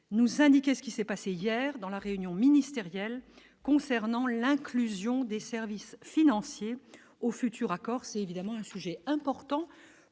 nous indiquer ce qui s'est passé hier dans la réunion ministérielle concernant l'inclusion des services financiers au futur accord c'est évidemment un sujet important